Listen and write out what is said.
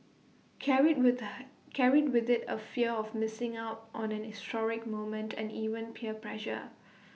carried with carried with IT A fear of missing out on an historic moment and even peer pressure